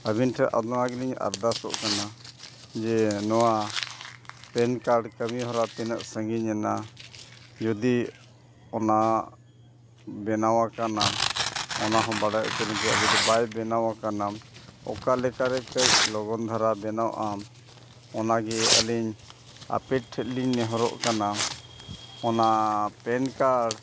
ᱟᱹᱵᱤᱱ ᱴᱷᱮᱱ ᱚᱱᱟᱜᱮᱞᱤᱧ ᱟᱨᱫᱟᱥᱚᱜ ᱠᱟᱱᱟ ᱡᱮ ᱱᱚᱣᱟ ᱯᱮᱱ ᱠᱟᱨᱰ ᱠᱟᱹᱢᱤ ᱦᱚᱨᱟ ᱛᱤᱱᱟᱹᱜ ᱥᱟᱺᱜᱤᱧᱮᱱᱟ ᱡᱩᱫᱤ ᱚᱱᱟ ᱵᱮᱱᱟᱣ ᱟᱠᱟᱱᱟ ᱚᱱᱟᱦᱚᱸ ᱵᱟᱰᱟᱭ ᱦᱚᱪᱚ ᱞᱤᱧᱯᱮ ᱟᱨ ᱡᱩᱫᱤ ᱵᱟᱭ ᱵᱮᱱᱟᱣ ᱟᱠᱟᱱᱟ ᱚᱠᱟ ᱞᱮᱠᱟᱨᱮ ᱠᱟᱹᱡ ᱞᱚᱜᱚᱱ ᱫᱷᱟᱨᱟ ᱵᱮᱱᱟᱜᱼᱟ ᱚᱱᱟᱜᱮ ᱟᱹᱞᱤᱧ ᱟᱯᱮ ᱴᱷᱮᱡ ᱞᱤᱧ ᱱᱮᱦᱚᱨᱚᱜ ᱠᱟᱱᱟ ᱚᱱᱟ ᱯᱮᱱ ᱠᱟᱨᱰ